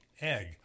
egg